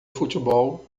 futebol